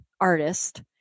artist